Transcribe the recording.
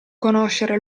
conoscere